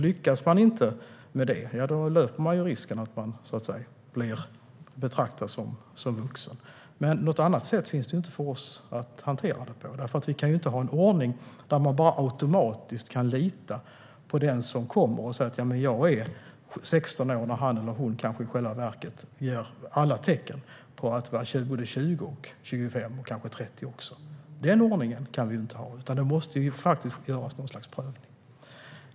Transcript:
Lyckas man inte med det löper man risken att bli betraktad som vuxen. Något annat sätt finns det inte för oss att hantera detta på. Vi kan inte ha en ordning där vi automatiskt litar på den som kommer och säger att han eller hon är 16 år när han eller hon i själva verket visar alla tecken på att vara 20, 25 eller 30 år. Det måste göras en prövning.